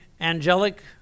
angelic